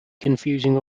confusing